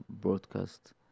broadcast